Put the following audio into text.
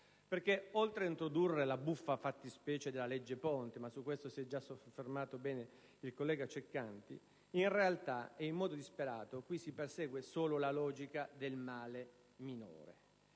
carico: oltre ad introdurre la buffa fattispecie della legge ponte, su cui si è ben soffermato il collega Ceccanti, in realtà, ed in modo disperato, qui si persegue solo la logica del male minore.